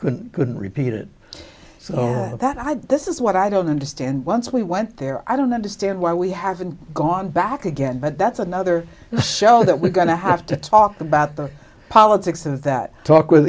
couldn't couldn't repeat it so that i think this is what i don't understand once we went there i don't understand why we haven't gone back again but that's another show that we're going to have to talk about the politics of that talk with